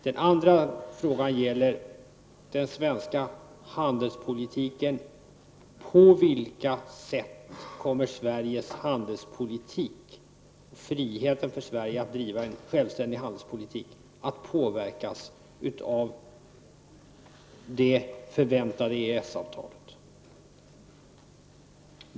Den andra frågan gäller den svenska handelspolitiken. På vilket sätt kommer Sveriges handelspolitik och friheten för Sverige att driva en självständig handelspolitik att påverkas av det förväntade EES-avtalet?